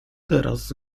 teraz